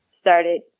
started